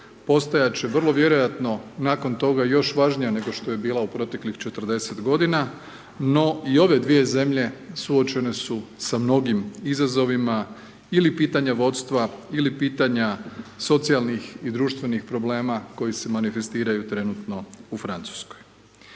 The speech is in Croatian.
postajat će vrlo vjerojatno nakon toga još važnija nego što je bila u proteklih 40 godina. No, i ove dvije zemlje suočene su sa mnogim izazovima ili pitanja vodstva ili pitanja socijalnih i društvenih problema koji se manifestiraju trenutno u Francuskoj.